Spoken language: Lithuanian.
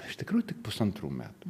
iš tikrųjų tik pusantrų metų